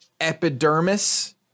Epidermis